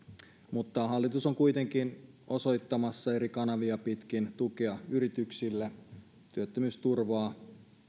mutta hallitus on kuitenkin osoittamassa eri kanavia pitkin tukea yrityksille myös työttömyysturvaa ja